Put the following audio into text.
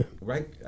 right